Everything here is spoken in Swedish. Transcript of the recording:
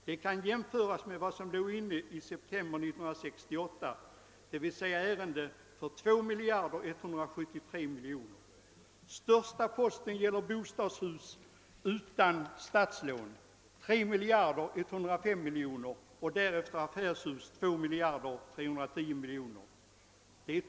Det kan jämföras med att det den 1 september 1968 låg inne ärenden för 2173 miljoner. Den största posten gäller bostadshus utan statslån, 3105 miljoner, och därefter affärshus, 2310 miljoner kronor.